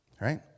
right